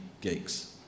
geeks